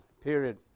Period